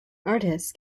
artists